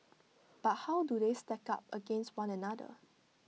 but how do they stack up against one another